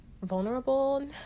vulnerable